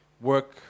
work